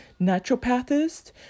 naturopathist